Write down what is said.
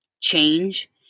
change –